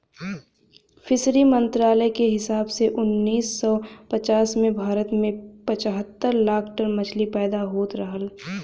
fishery मंत्रालय के हिसाब से उन्नीस सौ पचास में भारत में पचहत्तर लाख टन मछली पैदा होत रहल